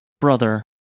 brother